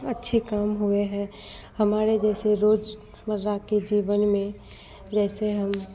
अच्छे काम हुए हैं हमारे जैसे रोजमर्रा के जीवन में जैसे हम